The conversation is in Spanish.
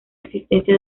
existencia